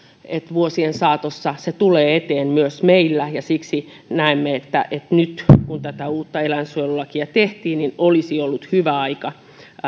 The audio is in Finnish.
vuosien saatossa se tulee eteen myös meillä siksi näemme että nyt kun tätä uutta eläinsuojelulakia tehtiin olisi ollut hyvä aika